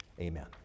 Amen